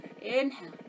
inhale